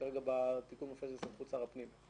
כרגע בתיקון זה מופיע בסמכות שר הפנים.